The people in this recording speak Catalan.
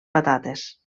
patates